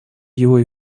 его